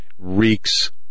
Reeks